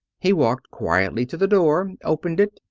he walked quietly to the door, opened it,